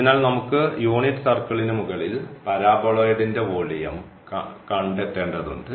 അതിനാൽ നമുക്ക് യൂണിറ്റ് സർക്കിളിന് മുകളിൽ പാരബോളോയിഡിന്റെ വോളിയം കണ്ടെത്തേണ്ടതുണ്ട്